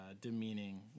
demeaning